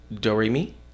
Do-Re-Mi